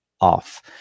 off